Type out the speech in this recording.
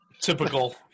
Typical